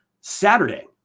Saturday